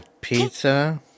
pizza